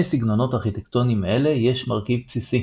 סגנונות ארכיטקטוניים אלה יש מרכיב בסיסי